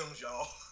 y'all